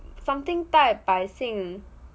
something 大百姓